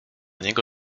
niego